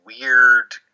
weird